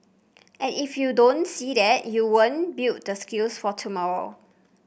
and if you don't see that you won't build the skills for tomorrow